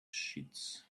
sheets